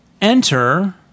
enter